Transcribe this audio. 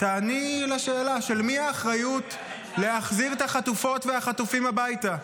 של מי האחריות להחזיר את החטופים והחטופות הביתה,